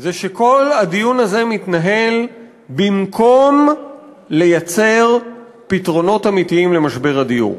זה שכל הדיון הזה מתנהל במקום לייצר פתרונות אמיתיים למשבר הדיור.